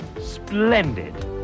Splendid